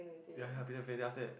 ya ya people will say then after that